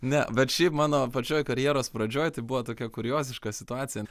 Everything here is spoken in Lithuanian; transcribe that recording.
ne bet šiaip mano pačioj karjeros pradžioj tai buvo tokia kurioziška situacija